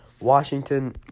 Washington